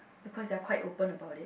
because they are quite open about it